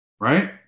Right